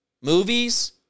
Movies